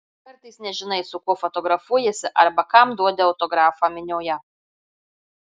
kartais nežinai su kuo fotografuojiesi arba kam duodi autografą minioje